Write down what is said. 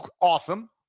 Awesome